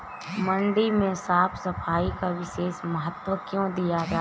मंडी में साफ सफाई का विशेष महत्व क्यो दिया जाता है?